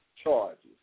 Charges